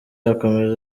akomeza